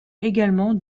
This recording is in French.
également